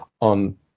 on